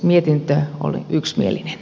mietintö on yksimielinen